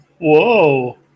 Whoa